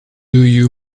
you